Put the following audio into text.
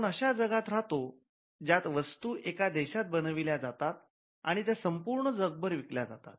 आपण अशा जगात राहतो ज्यात वस्तू एका देशात बनविल्या जातात आणि त्या संपूर्ण जगभर विकल्या जातात